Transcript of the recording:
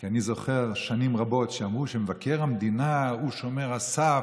כי אני זוכר שנים רבות שאמרו שמבקר המדינה הוא שומר הסף